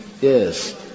Yes